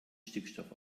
stickstoff